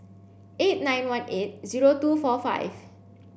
eight nine one eight zero two four five